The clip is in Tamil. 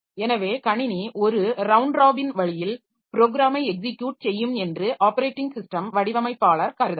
எனவே கணினி ஒரு ரவுண்ட் ராபின் வழியில் ப்ரோக்ராமை எக்ஸிக்யுட் செய்யும் என்று ஆப்பரேட்டிங் ஸிஸ்டம் வடிவமைப்பாளர் கருதலாம்